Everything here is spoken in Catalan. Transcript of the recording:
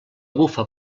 bufa